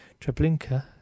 Treblinka